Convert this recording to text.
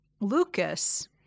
Lucas